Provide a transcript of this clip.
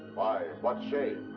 why, what shame?